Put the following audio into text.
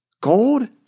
Gold